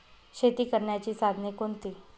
शेती करण्याची साधने कोणती?